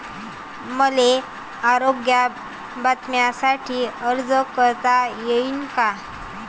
मले आरोग्य बिम्यासाठी अर्ज करता येईन का?